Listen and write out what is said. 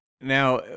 Now